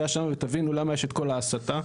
ותבינו למה יש את כל ההסתה.